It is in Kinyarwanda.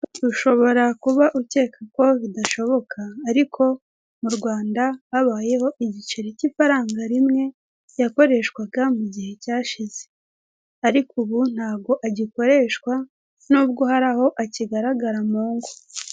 Ushobora kuba ukeka ko bidashoboka, ariko mu Rwanda habayeho igiceri cy'ifaranga rimwe, yakoreshwaga mu gihe cyashize. Ariko ubu ntago agikoreshwa, nubwo hari aho akigaragara mu ngo.